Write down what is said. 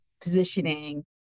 positioning